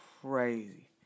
crazy